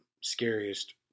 scariest